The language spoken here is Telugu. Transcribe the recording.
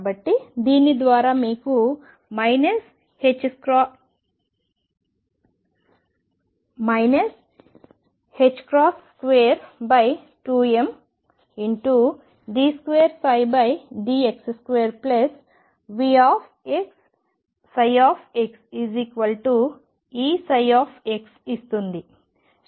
కాబట్టి దీని ద్వారా మీకు 22md2dx2VψEψ ఇస్తుంది